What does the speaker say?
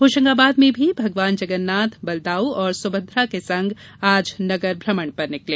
होशंगाबाद में भी भगवान जगन्नाथ बलदाऊ और सुभद्रा के संग आज नगर भ्रमण पर निकले